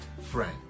friend